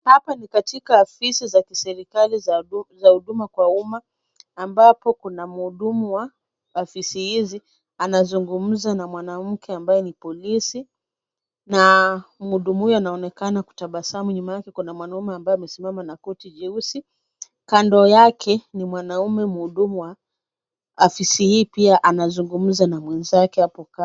Hapa ni katika ofisi za kiserikali za huduma kwa umma ambako kuna mhudumu wa afisi hizi anazungumza na mwanamke ambaye ni poiisi na mhudumu huyo anaonekana kutabasamu. Nyuma yake kuna mwanaume ambaye amesimama na koti jeusi. Kando yake ni mwanaume mhudumu wa afisi hii pia anazungumza na mwenzake hapo kando.